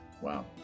Wow